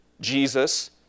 Jesus